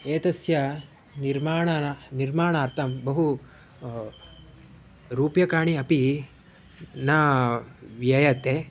एतस्य निर्माणं निर्माणार्थं बहूनि रूप्यकाणि अपि न व्ययते